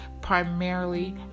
primarily